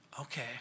Okay